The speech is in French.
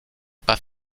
pas